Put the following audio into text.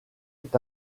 est